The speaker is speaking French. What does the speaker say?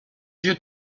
joue